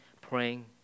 praying